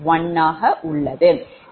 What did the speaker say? இந்த வழியில் செய்வீர்கள்